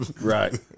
Right